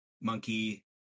Monkey